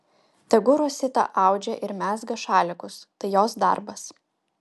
tegu rosita audžia ir mezga šalikus tai jos darbas